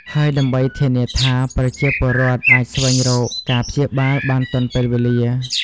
ហើយដើម្បីធានាថាប្រជាពលរដ្ឋអាចស្វែងរកការព្យាបាលបានទាន់ពេលវេលា។